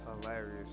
hilarious